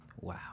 Wow